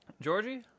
Georgie